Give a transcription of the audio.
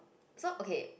so okay